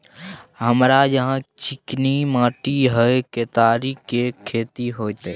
हमरा यहाँ चिकनी माटी हय केतारी के खेती होते?